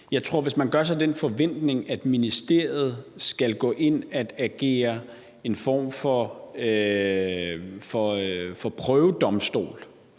komme. Hvis man har den forventning, at ministeriet skal gå ind og agere en form for prøvedomstol